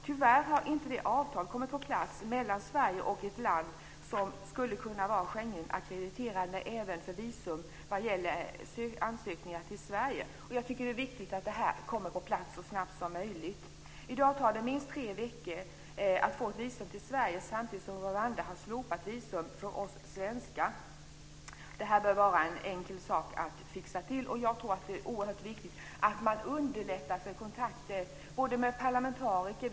Tyvärr har inte det avtal trätt i kraft mellan Sverige och ett land som skulle kunna vara Schengenackrediterad vad gäller visumansökningar till Sverige. Det är viktigt att detta träder i kraft så snabbt som möjligt. I dag tar det minst tre veckor att få ett visum till Sverige, samtidigt som Rwanda har slopat visum för oss svenskar. Det bör vara en enkel sak att fixa. Detta är oerhört viktigt för att underlätta kontakter för bl.a. parlamentariker.